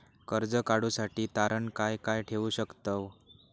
कर्ज काढूसाठी तारण काय काय ठेवू शकतव?